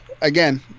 again